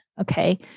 okay